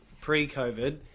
pre-COVID